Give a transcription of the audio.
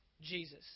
Jesus